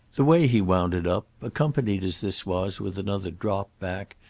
the way he wound it up, accompanied as this was with another drop back,